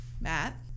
Matt